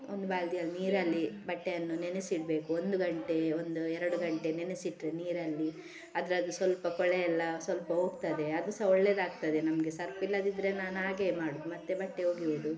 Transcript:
ಒಂದು ಬಾಲ್ದಿಯಲ್ಲಿ ನೀರಲ್ಲಿ ಬಟ್ಟೆಯನ್ನು ನೆನೆಸಿಡಬೇಕು ಒಂದು ಗಂಟೆ ಒಂದು ಎರಡು ಗಂಟೆ ನೆನೆಸಿಟ್ಟರೆ ನೀರಲ್ಲಿ ಅದರದ್ದು ಸ್ವಲ್ಪ ಕೊಳೆ ಎಲ್ಲ ಸ್ವಲ್ಪ ಹೋಗ್ತದೆ ಅದು ಸಹ ಒಳ್ಳೇದು ಆಗ್ತದೆ ನಮಗೆ ಸರ್ಪ್ ಇಲ್ಲದಿದ್ದರೆ ನಾನು ಹಾಗೆಯೇ ಮಾಡುದು ಮತ್ತೆ ಬಟ್ಟೆ ಒಗೆಯೋದು